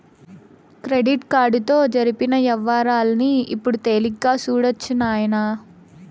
credit కార్డుతో జరిపిన యవ్వారాల్ని ఇప్పుడు తేలిగ్గా సూడొచ్చు నాయనా